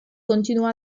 continuò